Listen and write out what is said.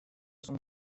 son